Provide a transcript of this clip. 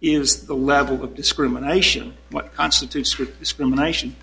is the level of discrimination what constitutes real discrimination